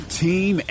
team